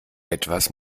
etwas